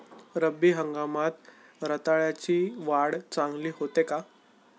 रब्बी हंगामात रताळ्याची वाढ चांगली होते का?